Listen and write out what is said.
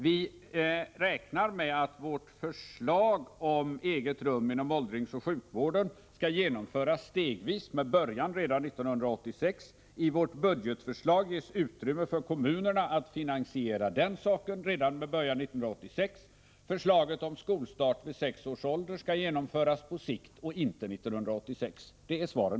Vi räknar med att vårt förslag om eget rum inom åldringsoch sjukvården skall genomföras stegvis med början redan 1986. I vårt budgetförslag ges också utrymme för kommunerna att redan med början 1986 finansiera den saken. Förslaget om skolstart vid sex års ålder skall genomföras på sikt och inte 1986. Det är svaren.